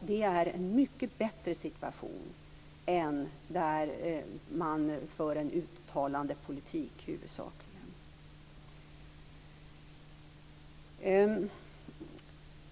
Det är en mycket bättre situation än när man huvudsakligen för en uttalandepolitik.